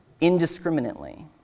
indiscriminately